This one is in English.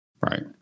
Right